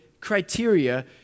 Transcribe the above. criteria